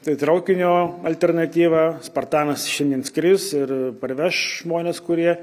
tai traukinio alternatyva spartanas šiandien skris ir parveš žmones kurie